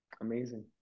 Amazing